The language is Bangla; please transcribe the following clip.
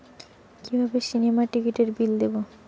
কিভাবে সিনেমার টিকিটের বিল দেবো?